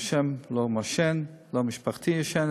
ברוך השם, אני לא מעשן, משפחתי לא מעשנת,